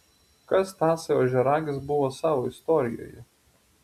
kas tasai ožiaragis buvo savo istorijoje